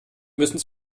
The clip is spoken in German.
müssen